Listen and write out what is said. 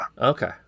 Okay